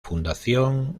fundación